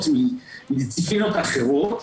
מדיסציפלינות אחרות,